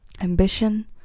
Ambition